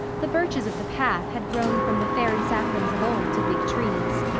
the birches of the path had grown from the fairy saplings of old to big trees.